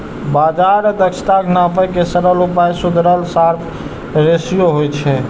बाजार दक्षताक नापै के सरल उपाय सुधरल शार्प रेसियो होइ छै